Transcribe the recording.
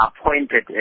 appointed